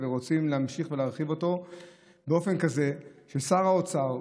ורוצים להמשיך ולהרחיב אותו באופן כזה ששר האוצר,